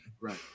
right